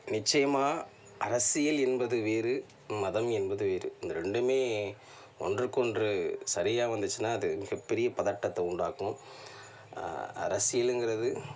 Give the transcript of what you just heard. நிச்சயமா அரசியல் என்பது வேறு மதம் என்பது வேறு இந்த ரெண்டையுமே ஒன்றுக்கொன்று சரியாக வந்துச்சுனா அது மிகப்பெரிய பதட்டத்தை உண்டாக்கும் அரசியலுங்கிறது